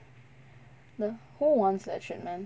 who wants that treatment